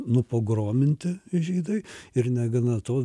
nupogrominti žydai ir negana to